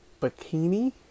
bikini